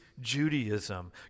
Judaism